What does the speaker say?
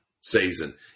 season